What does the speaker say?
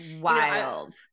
wild